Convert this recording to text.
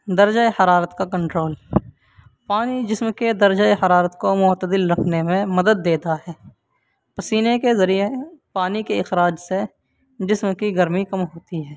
درجہ حرارت کا کنٹرول پانی جسم کے درجہ حرارت کو معتدل رکھنے میں مدد دیتا ہے پسینے کے ذریعے پانی کے اخراج سے جسم کی گرمی کم ہوتی ہے